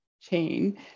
chain